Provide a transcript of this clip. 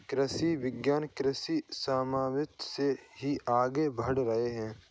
कृषि विज्ञान कृषि समवाद से ही आगे बढ़ रहा है